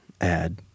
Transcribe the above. add